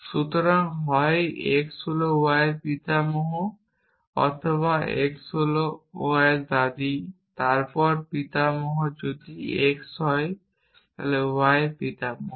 সুতরাং হয় x হল y এর পিতামহ অথবা x হল y এর দাদী তারপর পিতামহ যদি x হয় y এর পিতামহ